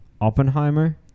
Oppenheimer